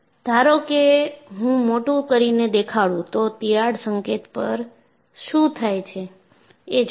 ધારો કે હું મોટું કરીને દેખાડું તો તિરાડ સંકેત પર શું થાય છે એ જોશો